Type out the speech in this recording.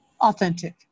Authentic